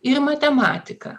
ir matematiką